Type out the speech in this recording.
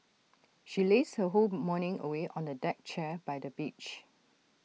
she lazed her whole morning away on A deck chair by the beach